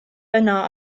yno